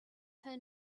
her